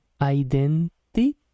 Identity